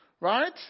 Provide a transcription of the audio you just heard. right